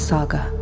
Saga